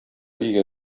өйгә